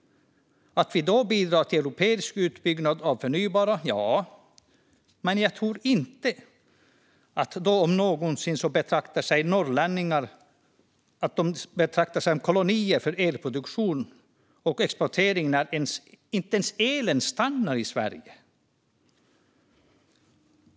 Vi bidrar till en europeisk utbyggnad av det förnybara, ja, men tror ni inte att då om någonsin betraktar sig norrlänningar som koloniserade för elproduktion och exploatering, när elen inte ens stannar i Sverige?